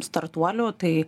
startuolių tai